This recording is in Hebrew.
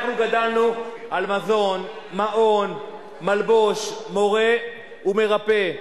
אנחנו גדלנו על מזון, מעון, מלבוש, מורה ומרפא.